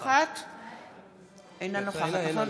נוכח אורית פרקש הכהן,